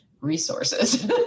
resources